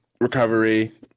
recovery